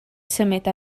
symud